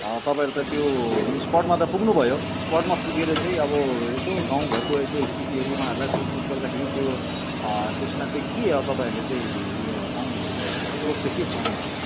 तपाईँहरू त त्यो स्पटमा त पुग्नुभयो स्पटमा पुगेर चाहिँ अब यसो गाउँघरको यसो स्थितिहरू उँहाहरूलाई सोधखोज गर्दाखेरि त्यो त्यो त्यसमा चाहिँ के अब तपाईँहरूले चाहिँ उयो पाउनुभयो मतलब स्रोत चाहिँ के पाउनुभयो त